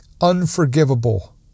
unforgivable